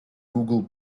google